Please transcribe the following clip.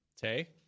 Tay